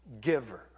giver